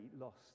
lost